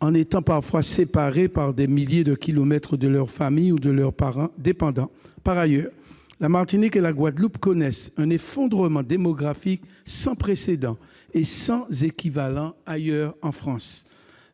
en étant parfois séparés par des milliers de kilomètres de leur famille ou de leurs parents dépendants. Par ailleurs, la Martinique et la Guadeloupe connaissent un effondrement démographique sans précédent et sans équivalent ailleurs en France.